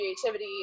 creativity